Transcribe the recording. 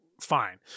fine